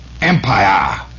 Empire